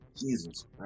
Jesus